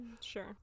Sure